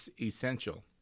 essential